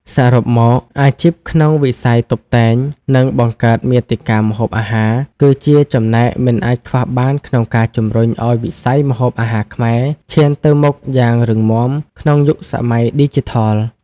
សរុបមក អាជីពក្នុងវិស័យតុបតែង និងបង្កើតមាតិកាម្ហូបអាហារ គឺជាចំណែកមិនអាចខ្វះបានក្នុងការជំរុញឱ្យវិស័យម្ហូបអាហារខ្មែរឈានទៅមុខយ៉ាងរឹងមាំក្នុងយុគសម័យឌីជីថល។